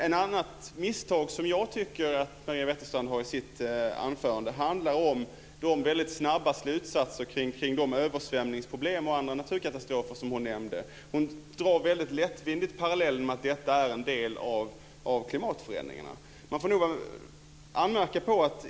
Ett annat misstag som jag tycker att Maria Wetterstrand gör i sitt anförande är de väldigt snabba slutsatserna kring de översvämningsproblem och andra naturkatastrofer som hon nämnde. Hon drar väldigt lättvindigt slutsatsen att detta är en del av klimatförändringarna.